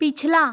पिछला